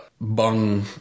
bung